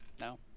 no